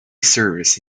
service